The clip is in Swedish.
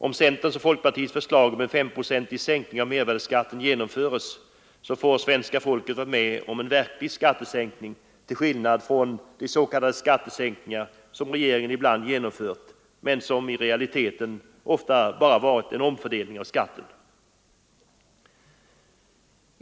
Om centerns och folkpartiets förslag om en femprocentig sänkning av mervärdeskatten genomförs, får svenska folket vara med om en verklig skattesänkning till skillnad från de s.k. skattesänkningar som regeringen ibland genom fört men som i realiteten ofta bara varit en omfördelning av skatten.